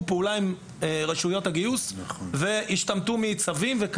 פעולה עם רשויות הגיוס והשתמטו מצווים.